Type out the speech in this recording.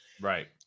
Right